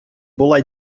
була